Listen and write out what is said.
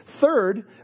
Third